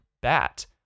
BAT